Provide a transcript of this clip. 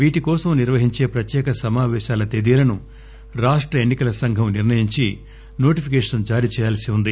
వీటి కోసం నిర్వహించే ప్రత్యేక సమాపేశాల తేదీలను రాష్ట ఎన్ని కల సంఘం నిర్ణయించి నోటిఫికేషన్ జారీ చేయాల్సి ఉంది